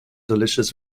delicious